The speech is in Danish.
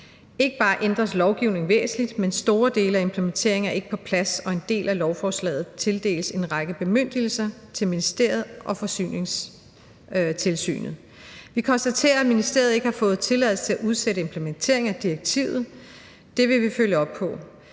Ikke bare ændres lovgivningen væsentligt, men store dele af implementeringen er ikke på plads, og med en del af lovforslaget tildeles en række bemyndigelser til ministeriet og Forsyningstilsynet. Vi konstaterer, at ministeriet ikke har fået tilladelse til at udsætte implementeringen af direktivet, og det vil vi følge op på.